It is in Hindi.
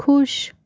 ख़ुश